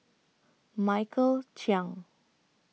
Michael Chiang